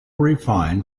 refined